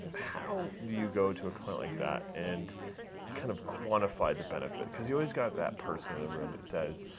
how do you go to a client like that and kind of quantify the benefit? because you always got that person in the room that says,